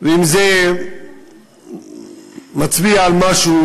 אם זה מצביע על משהו,